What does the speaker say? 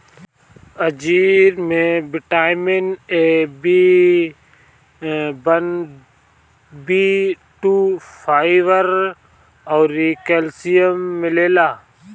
अंजीर में vitamin A, B one, B two, fibre अउरी कैल्शियम मिलेला